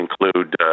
include